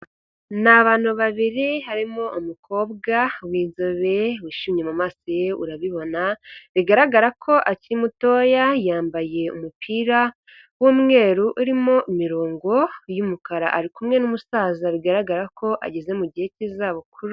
Ni abantu babiri harimo umukobwa w'inzobe wishimye mu maso ye urabibona bigaragara ko akiri mutoya, yambaye umupira w'umweru urimo imirongo y'umukara, ari kumwe n'umusaza bigaragara ko ageze mu gihe cy'izabukuru.